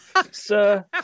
sir